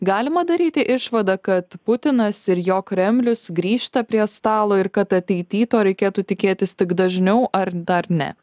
galima daryti išvadą kad putinas ir jo kremlius grįžta prie stalo ir kad ateity to reikėtų tikėtis tik dažniau ar dar ne